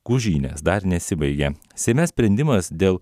gūžynės dar nesibaigė seime sprendimas dėl